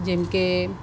જેમ કે